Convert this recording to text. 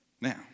Now